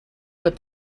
what